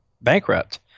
bankrupt